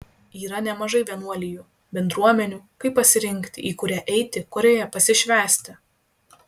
yra nemažai vienuolijų bendruomenių kaip pasirinkti į kurią eiti kurioje pasišvęsti